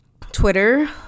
Twitter